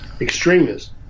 extremists